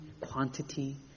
quantity